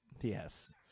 Yes